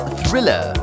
thriller